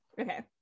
Okay